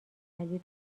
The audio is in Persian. علی